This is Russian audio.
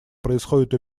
происходит